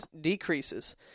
decreases